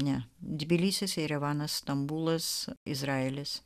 ne tbilisis jerevanas stambulas izraelis